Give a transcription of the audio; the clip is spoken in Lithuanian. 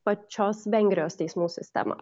pačios vengrijos teismų sistemą